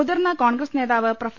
മുതിർന്ന കോൺഗ്രസ് നേതാവ് പ്രൊഫ